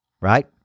right